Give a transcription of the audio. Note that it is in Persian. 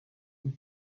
جون